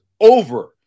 over